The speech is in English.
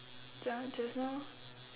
just just now orh